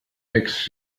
makes